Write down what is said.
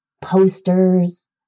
posters